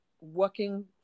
working